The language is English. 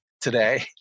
today